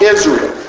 Israel